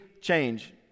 change